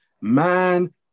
man